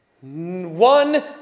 One